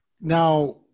Now